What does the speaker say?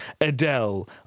Adele